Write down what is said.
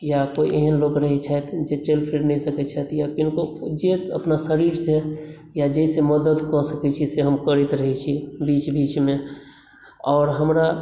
या कोइ एहन लोक रहै छथि जे चलि फिरि नहि सकै छथि या किनको जे अपना शरीरसे या जाहिसँ मदद कऽ सकै छी से हम करैत रहै छी बीच बीचमे आओर हमरा